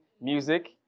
music